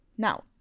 Now